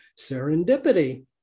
serendipity